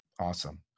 Awesome